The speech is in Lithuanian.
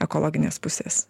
ekologinės pusės